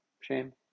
Shame